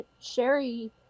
Sherry